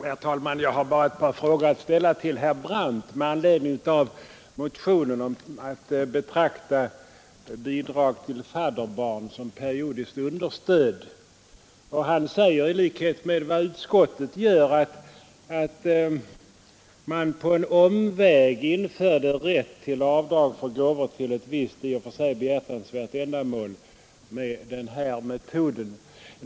Herr talman! Jag har bara ett par frågor att ställa till herr Brandt med anledning av motionen om att man skall betrakta bidrag till fadderbarn som periodiskt understöd. Han säger i likhet med utskottet att man på en omväg skulle införa rätt till avdrag för gåvor till ett visst i och för sig behjärtansvärt ändamål med den här metoden.